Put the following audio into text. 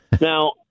Now